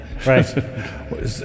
Right